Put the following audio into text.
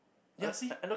ya see